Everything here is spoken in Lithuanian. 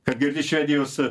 kad girdi švedijos